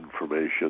information